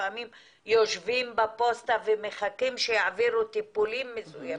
לפעמים יושבים בפוסטה ומחכים שיעבירו טיפולים מסוימים,